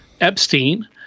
Epstein